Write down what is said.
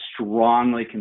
strongly